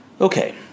Okay